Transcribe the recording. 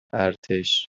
ارتش